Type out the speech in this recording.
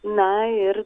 naa ir